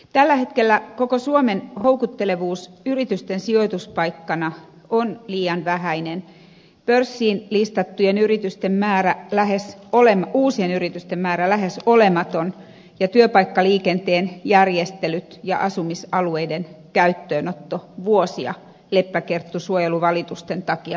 tällä hetkellä koko suomen houkuttelevuus yritysten sijoituspaikkana on liian vähäinen pörssiin listattujen uusien yritysten määrä lähes olematon ja työpaikkaliikenteen järjestelyt ja asumisalueiden käyttöönotto vuosia leppäkerttusuojeluvalitusten takia myöhässä